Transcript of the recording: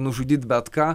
nužudyt bet ką